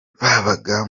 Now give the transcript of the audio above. babaga